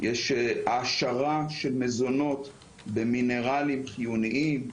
יש העשרה של מזונות במינרלים חיוניים,